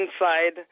inside